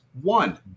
One